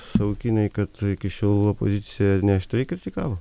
savukynai kad iki šiol opozicija neaštriai kritikavo